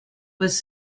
was